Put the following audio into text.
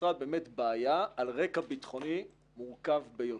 נוצרה באמת בעיה על רקע ביטחוני מורכב ביותר.